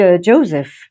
Joseph